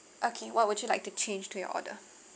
okay what would you like to change to your order